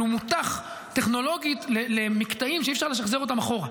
אבל הוא מותך טכנולוגית למקטעים שאי-אפשר לשחזר אותם אחורה.